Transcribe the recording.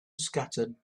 scattered